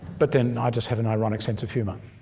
but then i just have an ironic sense of humour.